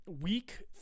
week